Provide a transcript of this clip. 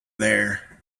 there